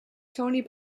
tony